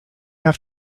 have